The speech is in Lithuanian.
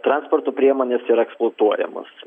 transporto priemonės yra eksplotuojamos